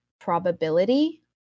probability